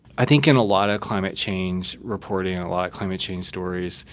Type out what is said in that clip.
i think in a lot of climate change, reporting and a lot climate change stories,